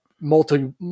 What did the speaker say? multi